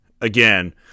again